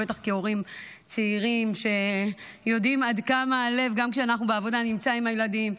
בטח כהורים צעירים שיודעים עד כמה הלב נמצא עם הילדים,